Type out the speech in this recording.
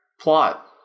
plot